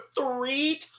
three